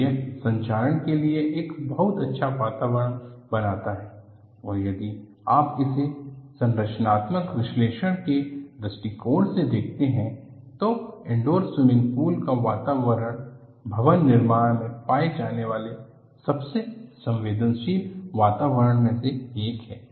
तो यह संक्षारण के लिए एक बहुत अच्छा वातावरण बनाता है और यदि आप इसे संरचनात्मक विश्लेषण के दृष्टिकोण से देखते हैं तो इनडोर स्विमिंग पूल का वातावरण भवन निर्माण में पाए जाने वाले सबसे संवेदनशील वातावरण में से एक है